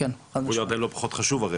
גבול ירדן לא פחות חשוב הרי.